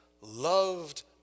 loved